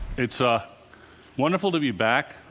it's ah wonderful to be back.